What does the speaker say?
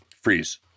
freeze